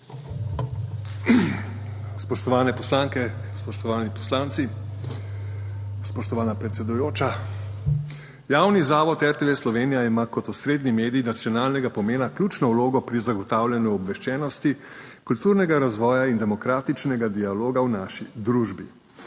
Spoštovane poslanke, spoštovani poslanci, spoštovana predsedujoča! Javni zavod RTV Slovenija ima kot osrednji medij nacionalnega pomena ključno vlogo pri zagotavljanju obveščenosti, kulturnega razvoja in demokratičnega dialoga v naši družbi.